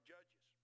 Judges